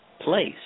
place